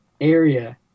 area